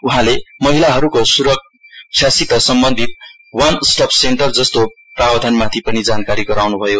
उहाँले महिलाहरुको सुरक्षित सम्बन्धित वान स्टप सेन्टर जस्तो प्रावधानमाथि पनि जानकारी गराउनुभयो